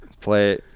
play